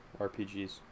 RPGs